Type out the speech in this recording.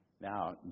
Now